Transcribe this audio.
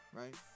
right